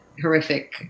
horrific